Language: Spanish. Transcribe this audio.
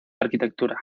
arquitectura